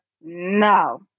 no